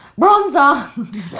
Bronzer